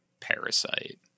Parasite